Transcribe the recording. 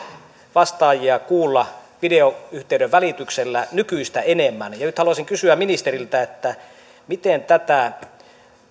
vastaajia kuulla videoyhteyden välityksellä nykyistä enemmän nyt haluaisin kysyä ministeriltä miten tätä